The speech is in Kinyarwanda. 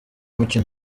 mukino